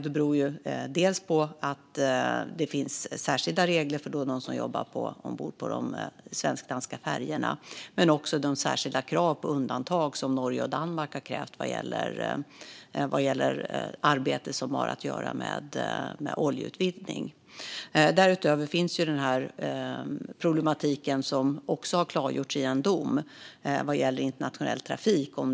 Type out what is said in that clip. Det beror på att det finns särskilda regler för dem som jobbar ombord på de svensk-danska färjorna men också på de särskilda undantag som Norge och Danmark har krävt vad gäller arbete som har med oljeutvinning att göra. Därutöver finns den problematik som gäller internationell trafik och som också har klargjorts i en dom.